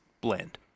blend